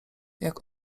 jak